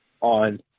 on